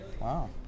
Wow